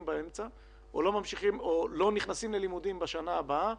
באמצע או לא נכנסים ללימודים בשנה הבאה.